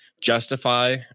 justify